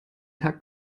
tag